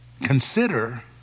Consider